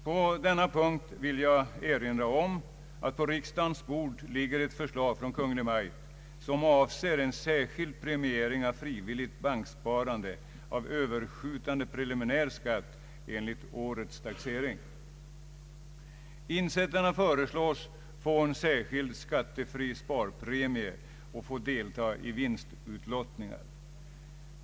På denna punkt vill jag erinra om att på riksdagens bord ligger ett förslag från Kungl. Maj:t som avser en särskild premiering av frivilligt banksparande av överskjutande preliminär skatt enligt årets taxering. Insättarna föreslås få en särskild skattefri sparpremie och få delta i vinstutlottningar.